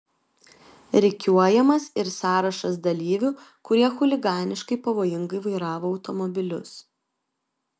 rikiuojamas ir sąrašas dalyvių kurie chuliganiškai pavojingai vairavo automobilius